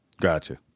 Gotcha